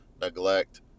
neglect